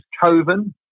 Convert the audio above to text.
coven